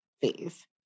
phase